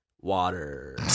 water